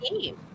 game